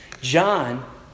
John